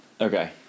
Okay